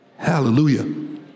Hallelujah